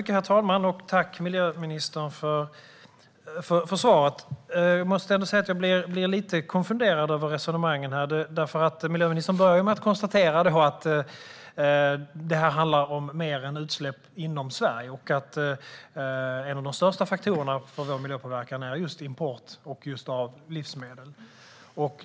Herr talman! Tack, miljöministern, för svaret! Jag måste ändå säga att jag blir lite konfunderad över resonemangen. Miljöministern började med att konstatera att det här handlar om mer än utsläpp inom Sverige och att en av de största faktorerna för vår miljöpåverkan är import av livsmedel.